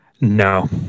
No